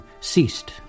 ceased